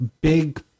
big